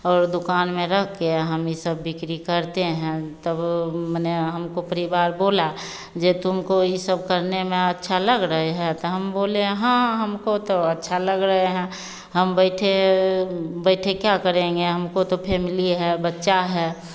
और दुक़ान में रखकर हम यह सब बिक्री करते हैं तब माने हमको परिवार बोला जो तुमको यह सब करने में अच्छा लग रहा है हम बोले हाँ हमको तो अच्छा लग रहा है हम बैठे बैठे क्या करेंगे हमको तो फ़ैमिली है बच्चा है